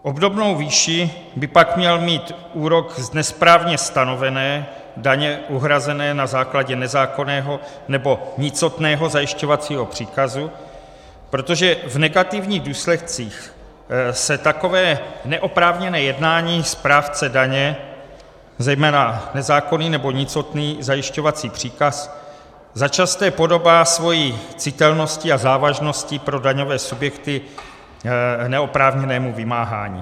Obdobnou výši by pak měl mít úrok z nesprávně stanovené daně uhrazené na základě nezákonného nebo nicotného zajišťovacího příkazu, protože v negativních důsledcích se takové neoprávněné jednání správce daně, zejména nezákonný nebo nicotný zajišťovací příkaz, začasté podobá svou citelností a závažností pro daňové subjekty neoprávněnému vymáhání.